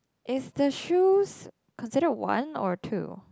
is the shoes considered one or two